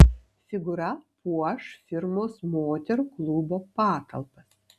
figūra puoš firmos moterų klubo patalpas